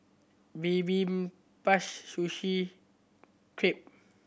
Sushi Crepe